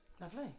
Lovely